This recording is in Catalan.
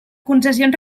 concessions